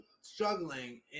struggling